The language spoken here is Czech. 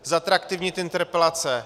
Zatraktivnit interpelace.